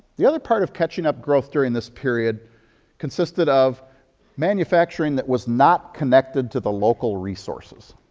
the other part of catching-up growth during this period consisted of manufacturing that was not connected to the local resources.